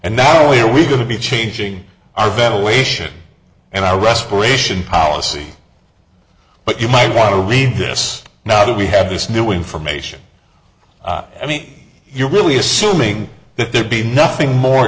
and not only are we going to be changing our ventilation and i respiration policy but you might want to read this now that we have this new information i mean you're really assuming that there'd be nothing more